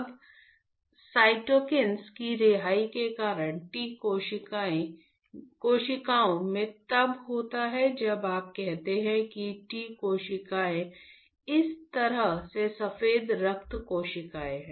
अब साइटोकिन्स की रिहाई के कारण T कोशिकाओं में तब होता है जब आप कहते हैं कि T कोशिकाएं एक तरह से सफेद रक्त कोशिकाएं हैं